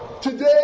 Today